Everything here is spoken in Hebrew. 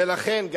ולכן,